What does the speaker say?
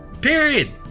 period